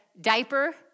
diaper